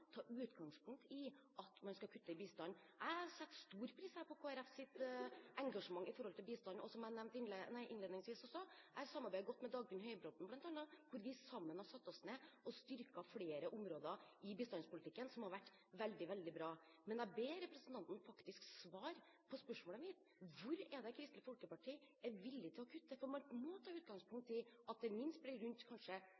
ta utgangspunkt i at man skal kutte i bistanden. Jeg har satt stor pris på Kristelig Folkepartis engasjement når det gjelder bistand, og som jeg nevnte innledningsvis: Jeg samarbeider godt med bl.a. Dagfinn Høybråten. Vi har sammen satt oss ned og styrket flere områder i bistandspolitikken, noe som har vært veldig bra. Men jeg ber representanten om faktisk å svare på spørsmålet mitt: Hvor er det Kristelig Folkeparti er villig til å kutte? For man må ta